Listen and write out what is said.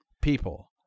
people